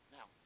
Now